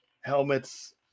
helmets